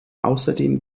außerdem